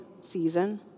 season